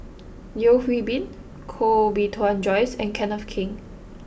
Yeo Hwee Bin Koh Bee Tuan Joyce and Kenneth Keng